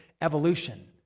evolution